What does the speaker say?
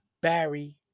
Barry